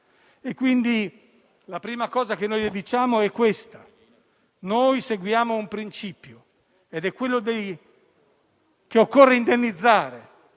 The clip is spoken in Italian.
Quindi, la prima cosa che vi diciamo è questa: noi seguiamo un principio, ovvero che occorre indennizzare;